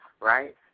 right